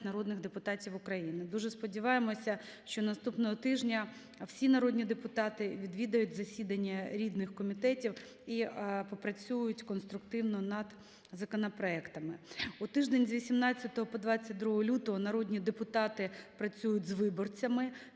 народних депутатів України. Дуже сподіваємося, що наступного тижня всі народні депутати відвідають засідання рідних комітетів і попрацюють конструктивно над законопроектами. У тиждень з 18 по 22 лютого народні депутати працюють з виборцями.